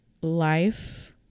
life